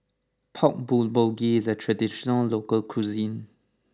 Pork Bulgogi is a traditional local cuisine